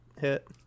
hit